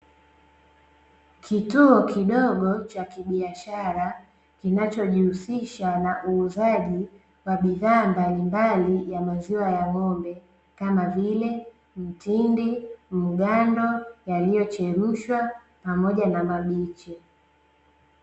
Kituo kidogo cha kibiashara kinachojihusisha na uuzaji wa bidhaa mbalimbali ya maziwa ya ng'ombe, kama vile mtindi, mgando, yaliyochemshwa, pamoja na mabichi.